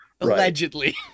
Allegedly